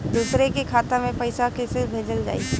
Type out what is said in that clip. दूसरे के खाता में पइसा केइसे भेजल जाइ?